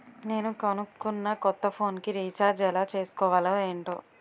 నేను కొనుకున్న కొత్త ఫోన్ కి రిచార్జ్ ఎలా చేసుకోవాలో ఏంటో